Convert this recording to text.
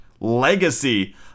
legacy